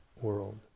world